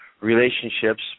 relationships